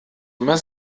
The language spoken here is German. immer